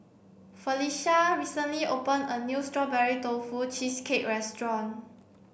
Felisha recently opened a new strawberry tofu cheesecake restaurant